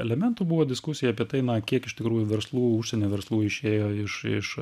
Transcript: elementų buvo diskusija apie tai na kiek iš tikrųjų verslų užsienyje verslų išėjo iš iš